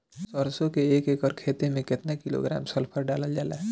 सरसों क एक एकड़ खेते में केतना किलोग्राम सल्फर डालल जाला?